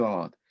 God